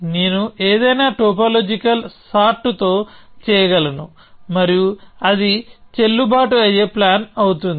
నేను ఏదైనా topological sort తో చేయగలను మరియు అది చెల్లుబాటు అయ్యే ప్లాన్ అవుతుంది